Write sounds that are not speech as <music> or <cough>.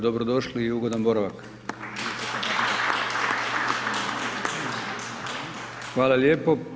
Dobro došli i ugodan boravak. <applause> Hvala lijepo.